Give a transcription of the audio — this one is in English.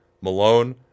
malone